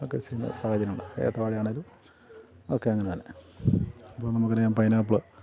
ഒക്കെ ചെയ്യുന്ന സാഹചര്യം ഉണ്ട് ഏത്തവാഴ ആണെങ്കിലും ഒക്കെ അങ്ങനെ തന്നെ അപ്പം നമുക്ക് അറിയാം പൈനാപ്പിള്